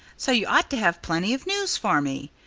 so you ought to have plenty of news for me.